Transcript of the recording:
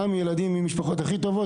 גם הילדים שמגיעים מהמשפחות הכי טובות